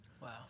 Wow